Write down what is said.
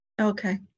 Okay